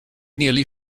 nearly